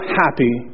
happy